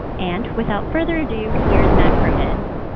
and without further ado, here's matt cronin.